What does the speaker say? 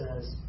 says